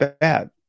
bad